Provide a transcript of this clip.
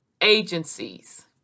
agencies